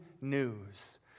news